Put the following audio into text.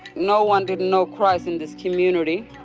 no one didn't know christ in this community.